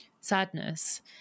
sadness